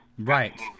Right